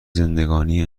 زندگانی